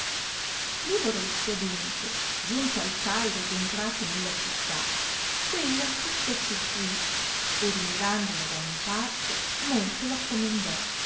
lavoretto adunque giunto al cairo ed entrato nella città quella tutta circuì e rimirandola d'ogni parte molto la comendò